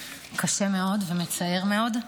קשה מאוד ומצער מאוד.